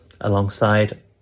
alongside